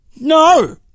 no